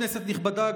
כנסת נכבדה,